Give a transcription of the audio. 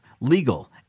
legal